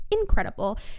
incredible